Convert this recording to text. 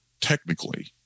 technically